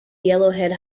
yellowhead